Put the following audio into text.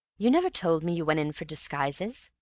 you never told me you went in for disguises,